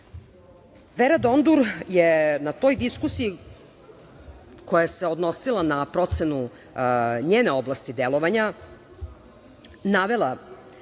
Dondur je na toj diskusiji koja se odnosila na procenu njene oblasti delovanja navela